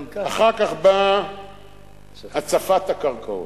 אחר כך באה הצפת הקרקעות,